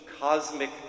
cosmic